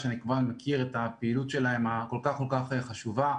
שאני כבר מכיר את הפעילות הכל כך כל כך חשובה שלה.